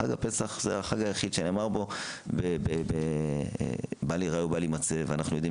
חג הפסח זה החג היחידי שנאמר בו "בל יראה ובל ימצא" ואנחנו יודעים